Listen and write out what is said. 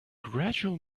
gradual